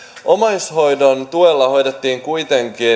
omaishoidon tuella hoidettiin kuitenkin